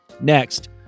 Next